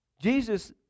Jesus